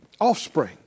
offspring